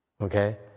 Okay